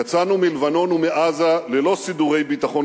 יצאנו מלבנון ומעזה ללא סידורי ביטחון